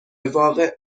واقع